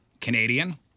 Canadian